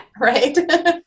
Right